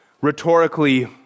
rhetorically